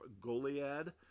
Goliad